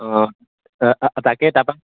অঁ তাকে তাৰপৰা